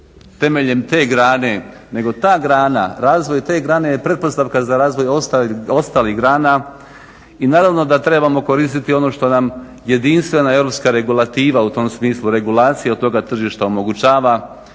temeljem te grane, nego ta grana, razvoj te grane je pretpostavka za razvoj ostalih grana i naravno da trebamo koristiti ono što nam jedinstvena europska regulativa u tom smislu, regulacija toga tržišta omogućava